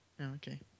Okay